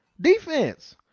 Defense